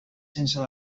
sense